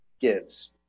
gives